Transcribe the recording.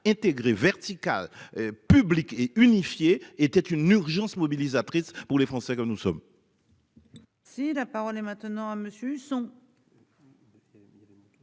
intégrée vertical. Public et unifié était une urgence mobilisatrice pour les Français que nous sommes. Si la parole est maintenant à monsieur sont.